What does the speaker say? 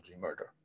murder